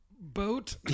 boat